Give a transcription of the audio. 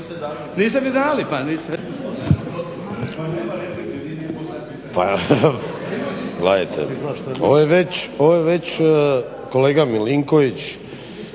ovo je već kolega Milinković